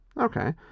Okay